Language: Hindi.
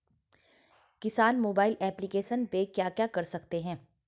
किसान मोबाइल एप्लिकेशन पे क्या क्या कर सकते हैं?